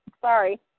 Sorry